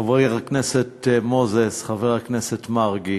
חברי הכנסת מוזס, חבר הכנסת מרגי,